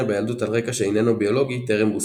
בילדות על רקע שאיננו ביולוגי טרם בוססו.